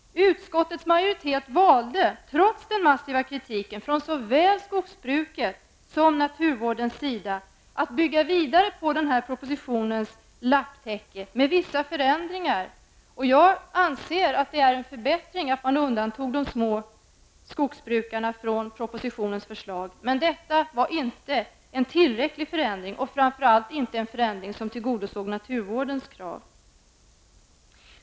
Utskottets majoritet valde, trots den massiva kritiken från såväl skogsbruket som naturvårdens sida, att bygga vidare på propositionens lapptäcke med vissa förändringar. Jag anser att det är en förbättring att man undantog de små skogsbrukarna från propositionens förslag. Det var inte en tillräcklig förändring, och det var framför allt inte en förändring som tillgodosåg naturvårdens krav.